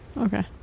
Okay